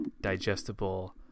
digestible